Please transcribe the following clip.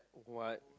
what